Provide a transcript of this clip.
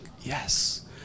yes